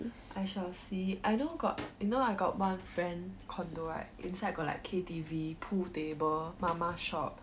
I shall see I know got you know I got one friend condo right inside got like K_T_V pool table mama shop